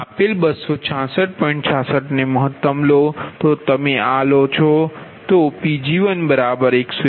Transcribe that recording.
66 ને મહત્તમ લો તો તમે આ લો તો Pg1161